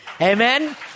Amen